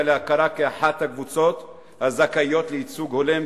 להכרה כאחת הקבוצות הזכאיות לייצוג הולם,